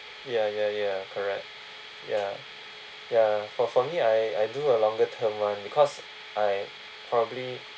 ya ya ya correct ya ya for for me I I do a longer term one because I probably